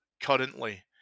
currently